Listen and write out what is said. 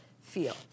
feel